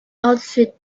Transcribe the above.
outfit